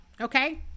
okay